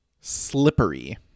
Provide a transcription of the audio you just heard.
Slippery